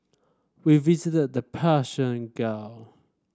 we visited the Persian Gulf